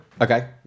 Okay